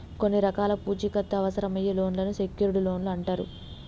కొన్ని రకాల పూచీకత్తు అవసరమయ్యే లోన్లను సెక్యూర్డ్ లోన్లు అంటరు